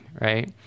right